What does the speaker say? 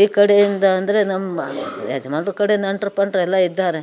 ಈ ಕಡೆಯಿಂದ ಅಂದರೆ ನಮ್ಮ ಯಜಮಾನರು ಕಡೆ ನೆಂಟರು ಪಂಟರು ಎಲ್ಲ ಇದ್ದಾರೆ